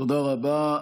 תודה רבה.